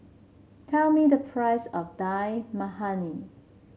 tell me the price of Dal Makhani